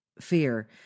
fear